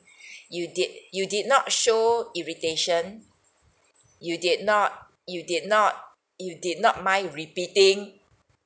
you did you did not show irritation you did not you did not you did not mind repeating